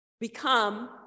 become